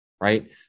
right